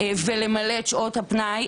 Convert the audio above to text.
ולמלא את שעות הפנאי,